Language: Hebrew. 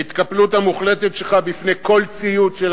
ההתקפלות המוחלטת שלך בפני כל ציוץ של